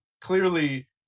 clearly